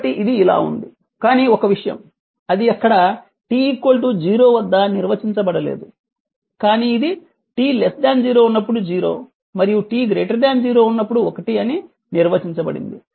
కాబట్టి ఇది ఇలా ఉంది కానీ ఒక విషయం అది అక్కడ t 0 వద్ద నిర్వచించబడలేదు కానీ ఇది t 0 ఉన్నప్పుడు 0 మరియు t 0 ఉన్నప్పుడు 1 అని నిర్వచించబడింది